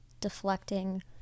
deflecting